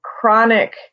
chronic